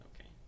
Okay